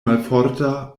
malforta